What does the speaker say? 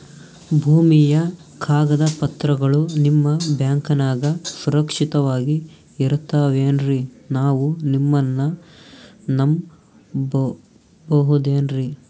ಭೂಮಿಯ ಕಾಗದ ಪತ್ರಗಳು ನಿಮ್ಮ ಬ್ಯಾಂಕನಾಗ ಸುರಕ್ಷಿತವಾಗಿ ಇರತಾವೇನ್ರಿ ನಾವು ನಿಮ್ಮನ್ನ ನಮ್ ಬಬಹುದೇನ್ರಿ?